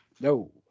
No